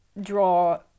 draw